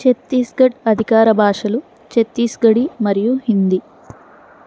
ఛత్తీస్ఘఢ్ అధికార భాషలు చత్తీస్ఘఢీ మరియు హిందీ